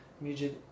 music